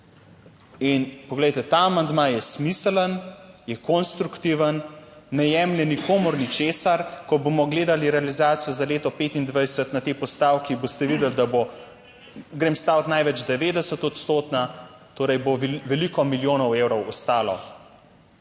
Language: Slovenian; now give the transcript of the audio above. (nadaljevanje) je smiseln, je konstruktiven, ne jemlje nikomur ničesar. Ko bomo gledali realizacijo za leto 2025 na tej postavki boste videli, da bo, grem staviti največ 90 odstotna. Torej bo veliko milijonov evrov ostalo.